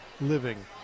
living